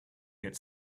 get